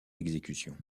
exécution